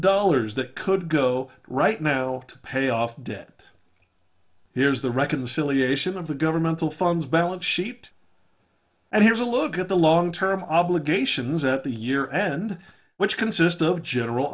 dollars that could go right now to pay off debt here's the reconciliation of the governmental funds balance sheet and here's a look at the long term obligations at the year end which consist of general